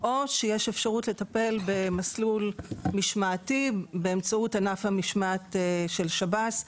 או שיש אפשרות לטפל במסלול משמעתי באמצעות ענף המשמעת של שב"ס.